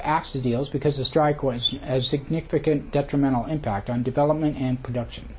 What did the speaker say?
the deals because the strike was as significant detrimental impact on development and production